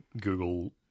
Google